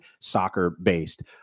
soccer-based